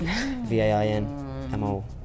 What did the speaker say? V-A-I-N-M-O